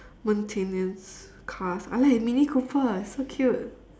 maintenance cars I like mini coopers so cute